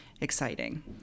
exciting